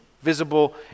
visible